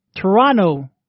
Toronto